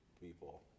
people